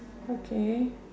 okay